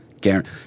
guarantee